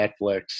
Netflix